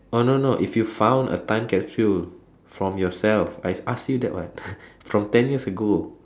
oh no no if you found a time capsule from yourself I ask you that what from ten years ago